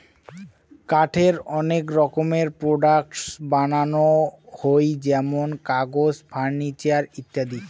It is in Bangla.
কাঠের অনেক রকমের প্রোডাক্টস বানানো হই যেমন কাগজ, ফার্নিচার ইত্যাদি